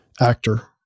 actor